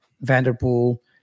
Vanderpool